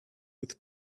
with